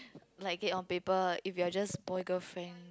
like it on paper if you're just boy girl friend